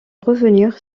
revenir